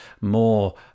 more